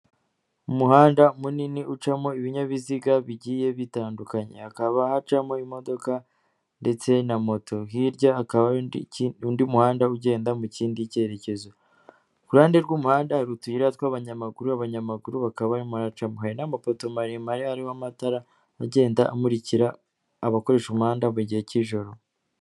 Umuhanda munini ucamo ibinyabiziga bigiye bitandukanye. Hakaba hacamo imodoka, ndetse na moto. Hirya hakaba undi muhanda ugenda mu kindi cyerekezo. Ku ruhande rw'umuhanda hari utuyira tw'abanyamaguru, abanyamaguru bakaba barimo baracamo. Hari n'amapoto maremare arimo amatara, agenda amurikira abakoresha umuhanda mu gihe cy'ijoro.